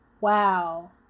wow